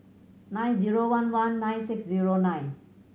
nine zero one one nine six zero nine